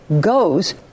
goes